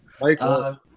Michael